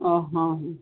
ହଁ ହଁ